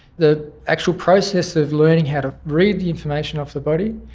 the actual process of learning how to read the information off the body,